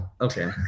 okay